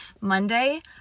Monday